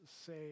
say